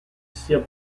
sia